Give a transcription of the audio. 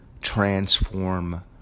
transform